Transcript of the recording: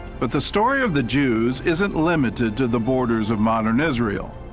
but the story of the jews isn't limited to the borders of modern israel.